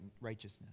righteousness